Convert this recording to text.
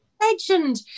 legend